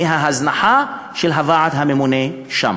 מההזנחה של הוועדה הממונה שם.